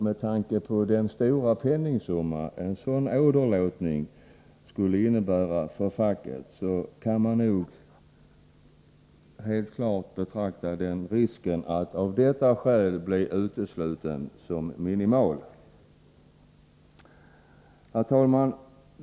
Med tanke på den stora penningsumma som en sådan åderlåtning skulle innebära för facket kan man nog betrakta risken att av detta skäl bli utesluten som minimal. Herr talman!